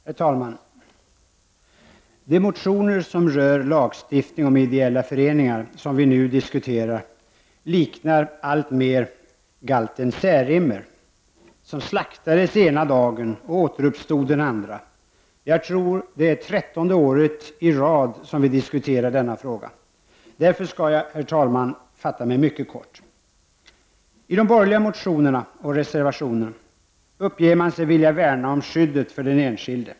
Herr talman! De motioner som rör lagstiftning om ideella föreningar, som vi nu diskuterar, liknar alltmer galten Särimner som slaktades ena dagen och återuppstod den andra. Jag tror att det är trettonde året i rad som vi diskuterar denna fråga. Därför skall jag, herr talman, fatta mig mycket kort. I de borgerliga motionerna och i reservationen uppger man sig vilja värna om skyddet för den enskilde.